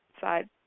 side